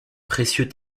précieux